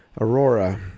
Aurora